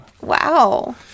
Wow